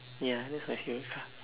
ya that's my favourite car